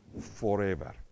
forever